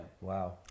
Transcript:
wow